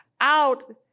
out